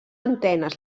antenes